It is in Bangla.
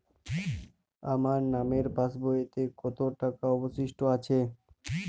আমার নামের পাসবইতে কত টাকা অবশিষ্ট আছে?